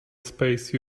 space